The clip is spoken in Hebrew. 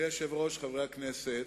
אדוני היושב-ראש, חברי הכנסת,